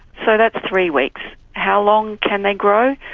so that's three weeks. how long can they grow?